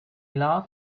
love